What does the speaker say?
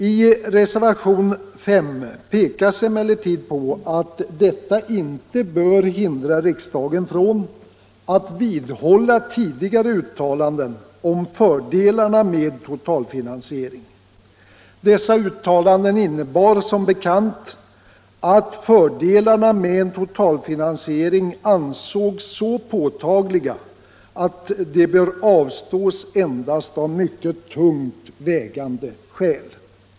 I reservation 5 pekas emellertid på att detta inte bör hindra riksdagen från att vidhålla tidigare uttalanden om fördelarna med totalfinansiering. Dessa uttalanden innebar som bekant att fördelarna med en totalfinansiering ansågs så påtagliga att de borde avstås endast av mycket tungt vägande skäl.